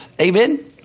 amen